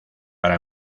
para